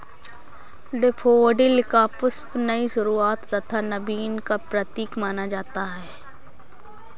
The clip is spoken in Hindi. डेफोडिल का पुष्प नई शुरुआत तथा नवीन का प्रतीक माना जाता है